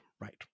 right